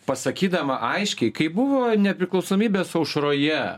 pasakydama aiškiai kaip buvo nepriklausomybės aušroje